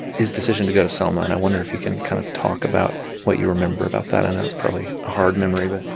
his decision to go to selma. and i wonder if you can kind of talk about what you remember about that. i know that's probably a hard memory, but.